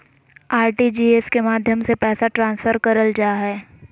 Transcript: RTGS के माध्यम से पैसा ट्रांसफर करल जा हय